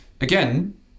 Again